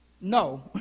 No